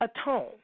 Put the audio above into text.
atone